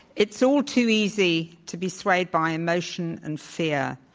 it's all too easy to be swayed by emotion and fear.